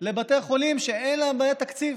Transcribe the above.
לבתי חולים שאין להם בעיית תקציב,